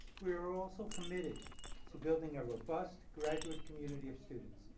we are also committed to building a robust graduate community of students,